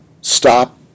stop